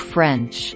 French